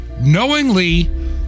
knowingly